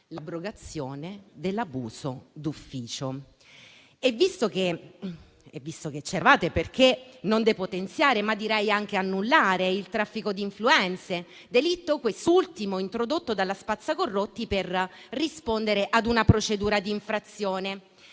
l'abrogazione dell'abuso d'ufficio. Visto che c'eravate, perché non depotenziare - ma direi anche annullare - il traffico di influenze (delitto, quest'ultimo, introdotto dal cosiddetto spazzacorrotti per rispondere a una procedura di infrazione)?